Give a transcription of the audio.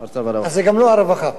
זה גם לא הרווחה.